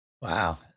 Wow